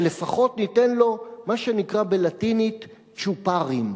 שלפחות ניתן לו מה שנקרא בלטינית "צ'ופרים"